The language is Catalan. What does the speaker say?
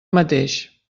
mateix